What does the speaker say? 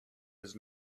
was